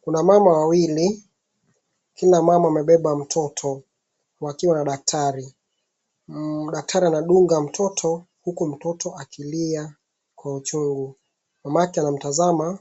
Kuna mama wawili, kila mama amebeba mtoto wakiwa na daktari. Daktari anadunga mtoto huku mtoto akilia kwa uchungu. Mamake anamtazama